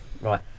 Right